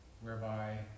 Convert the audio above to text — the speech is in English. whereby